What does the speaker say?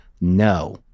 No